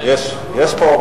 תודה.